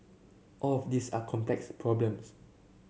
all of these are complex problems